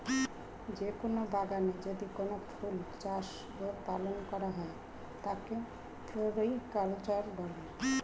যে কোন বাগানে যদি কোনো ফুল চাষ ও পালন করা হয় তাকে ফ্লোরিকালচার বলে